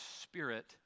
Spirit